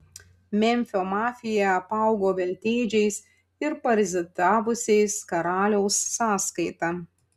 memfio mafija apaugo veltėdžiais ir parazitavusiais karaliaus sąskaita